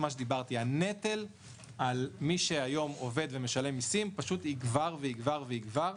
הנטל על מי שהיום עובד ומשלם מיסים יגבר ויגבר.